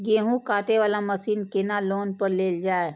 गेहूँ काटे वाला मशीन केना लोन पर लेल जाय?